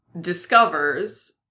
discovers